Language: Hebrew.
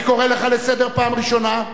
אני קורא אותך לסדר פעם ראשונה.